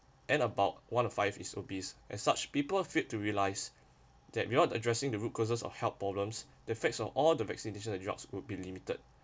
and about one of five is obese as such people failed to realize that we are addressing the root causes of health problems the effects of all the vaccination and drugs would be limited